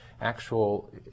actual